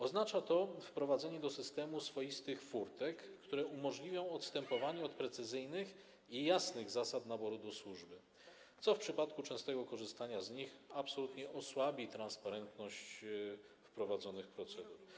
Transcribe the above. Oznacza to wprowadzenie do systemu swoistych furtek, które umożliwią odstępowanie od precyzyjnych i jasnych zasad naboru do służby, co w przypadku częstego korzystania z nich absolutnie osłabi transparentność wprowadzanych procedur.